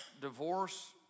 divorce